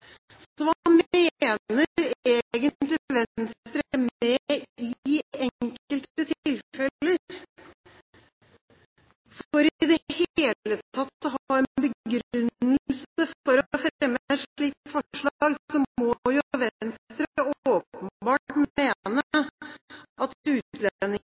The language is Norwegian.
Så hva mener egentlig Venstre med «i enkelte tilfeller»? For i det hele tatt å ha en begrunnelse for å fremme et slikt forslag må jo Venstre åpenbart mene at utlendingsmyndighetene ikke